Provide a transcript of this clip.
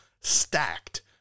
stacked